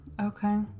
Okay